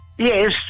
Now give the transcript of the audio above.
Yes